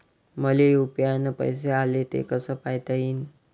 मले यू.पी.आय न पैसे आले, ते कसे पायता येईन?